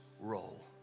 roll